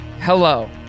hello